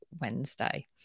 Wednesday